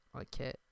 okay